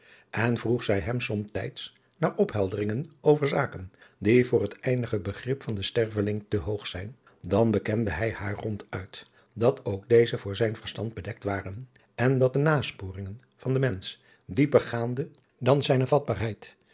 en vroeg zij hem somtijds naar ophelderingen over zaken die voor het eindige begrip van den sterveling te hoog zijn dan bekende hij haar ronduit dat ook deze voor zijn verstand bedekt waren en dat de nasporingen van den mensch dieper gaande